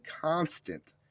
constant